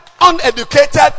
uneducated